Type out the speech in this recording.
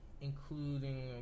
including